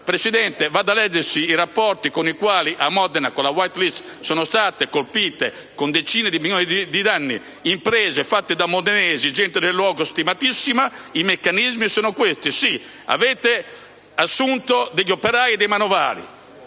Presidente, vada a leggersi i rapporti con i quali a Modena, con l'introduzione della *white list*, sono state colpite, con decine di milioni di danni, imprese fatte da modenesi, da gente del luogo stimatissima. I meccanismi sono i seguenti: avete assunto degli operai e dei manovali;